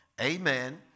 Amen